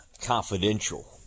Confidential